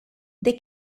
they